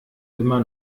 immer